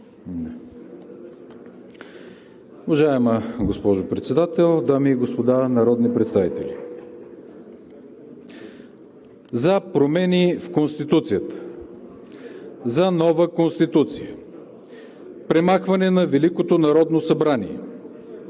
Уважаема госпожо Председател, дами и господа народни представители! „За промени в Конституцията.“ „За нова Конституция.“ „Премахване на Великото народно събрание.“